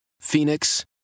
Phoenix